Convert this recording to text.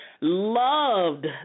loved